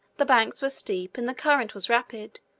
the banks were steep and the current was rapid,